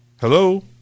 Hello